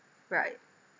right